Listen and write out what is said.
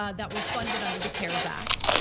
ah that were funded under the cares act.